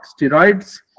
steroids